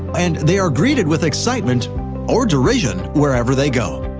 and they are greeted with excitement or derision wherever they go.